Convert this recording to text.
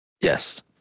yes